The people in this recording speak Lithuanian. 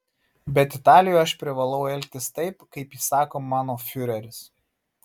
bet italijoje aš privalau elgtis taip kaip įsako mano fiureris